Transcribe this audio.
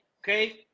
okay